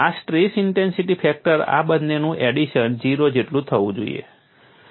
આ stress intensity factor આ બંનેનું એડિશન 0 જેટલું થવું જોઈએ